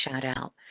shout-out